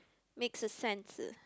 make sense